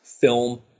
film